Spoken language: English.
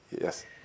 Yes